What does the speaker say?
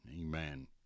amen